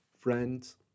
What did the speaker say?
Friends